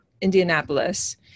Indianapolis